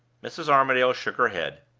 mrs. armadale shook her head,